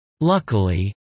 Luckily